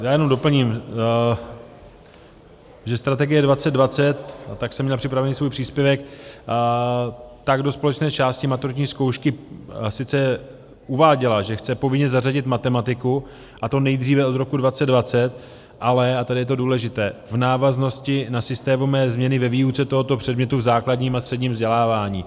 Já jenom doplním, že Strategie 2020, a tak jsem měl připravený svůj příspěvek, do společné části maturitní zkoušky sice uváděla, že chce povinně zařadit matematiku, a to nejdříve od roku 2020, ale a tady je to důležité v návaznosti na systémové změny ve výuce tohoto předmětu v základním a středním vzdělávání.